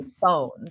phones